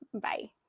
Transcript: Bye